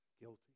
Guilty